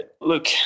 look